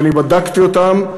ואני בדקתי אותם,